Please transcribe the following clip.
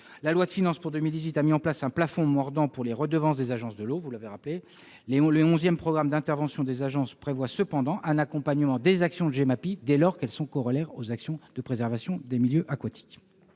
La loi de finances pour 2018 a mis en place un plafond mordant pour les redevances des agences de l'eau, vous l'avez rappelé. Le onzième programme d'intervention des agences prévoit cependant un accompagnement des actions de Gemapi, dès lors qu'elles sont corollaires aux actions de préservation des milieux aquatiques.